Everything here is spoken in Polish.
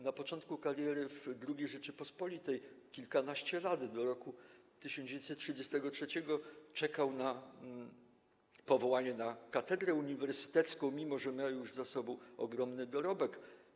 Na początku kariery w II Rzeczypospolitej, kilkanaście razy do roku 1933 czekał na powołanie na katedrę uniwersytecką, mimo że miał już za sobą ogromny dorobek.